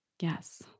yes